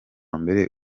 mbere